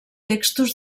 textos